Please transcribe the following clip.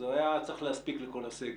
הוא היה צריך להספיק לכל הסגר.